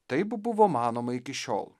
taip buvo manoma iki šiol